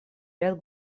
ряд